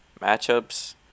matchups